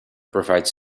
provides